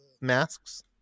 masks